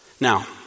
Now